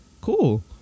cool